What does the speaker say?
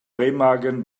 remagen